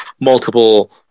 multiple